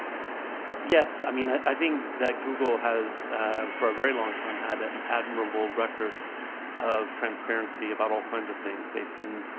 yes, i mean i think that google has for a very long time had an admirable record of transparency about all kinds of things. they send